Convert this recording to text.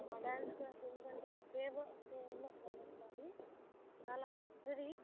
మా dance class ఎందుకంటే ఫెమ ఫేమస్ కాబట్టి నాది చాలా పెద్దది